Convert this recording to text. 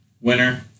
winner